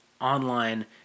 online